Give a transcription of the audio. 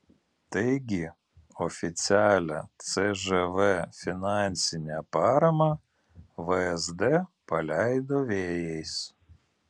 taigi oficialią cžv finansinę paramą vsd paleido vėjais